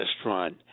restaurant